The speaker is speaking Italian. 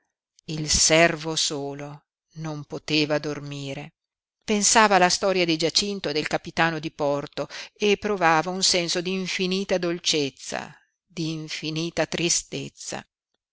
il servo solo non poteva dormire pensava alla storia di giacinto e del capitano di porto e provava un senso d'infinita dolcezza d'infinita tristezza